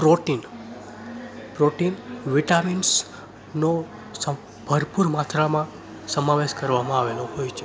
protein protein વિટામિન્સનો ભરપુર માત્રામાં સમાવેશ કરવામાં આવેલો હોય છે